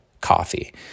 coffee